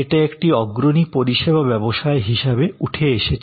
এটি একটি অগ্রণী পরিষেবা ব্যবসায় হিসাবে উঠে এসেছে